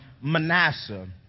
Manasseh